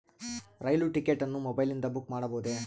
ರೈಲು ticket ಅನ್ನು ಮೊಬೈಲಿಂದ book ಮಾಡಬಹುದೆ?